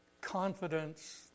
confidence